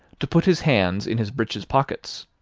to put his hands in his breeches pockets.